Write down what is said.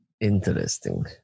Interesting